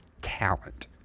talent